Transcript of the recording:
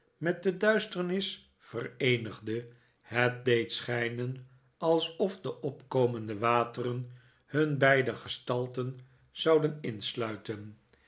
met de duisternis vereenigde het deed schijnen alsof de opkomende wateren hun beider gestalten zouden insluiten